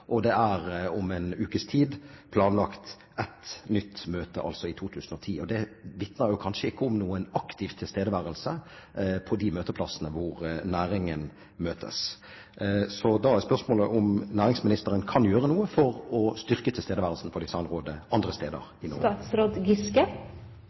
og om en ukes tid er det planlagt ett nytt møte, altså i 2010. Det vitner kanskje ikke om noen aktiv tilstedeværelse på de plassene hvor næringen møtes. Da er spørsmålet: Kan næringsministeren gjøre noe for å styrke tilstedeværelsen av Designrådet andre steder